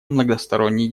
многосторонней